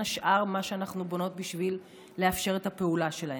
השאר מה שאנחנו בונות בשביל לאפשר את הפעולה שלהם.